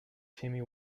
timmy